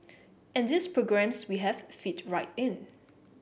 and these programmes we have fit right in